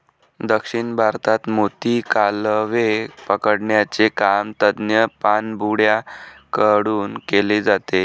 दक्षिण भारतात मोती, कालवे पकडण्याचे काम तज्ञ पाणबुड्या कडून केले जाते